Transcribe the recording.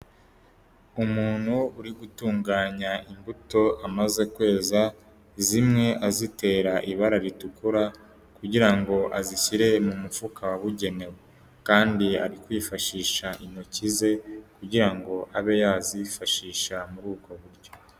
Umuntu uri gutunganya imbuto amaze kweza, zimwe azitera ibara ritukura kugira ngo azishyire mu mufuka wabugenewe. Kandi ari kwifashisha intoki ze kugira ngo abe yazifashisha muri ubwo buryo.